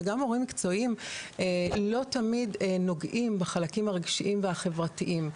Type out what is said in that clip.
וגם הורים מקצועיים לא תמיד נוגעים בחלקים הרגשיים והחברתיים.